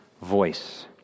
voice